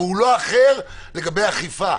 הוא לא אחר לגבי אכיפה.